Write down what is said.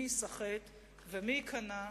מי ייסחט ומי ייכנע,